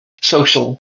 social